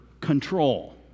control